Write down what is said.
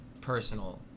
personal